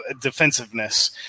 defensiveness